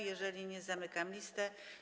Jeżeli nie, zamykam listę.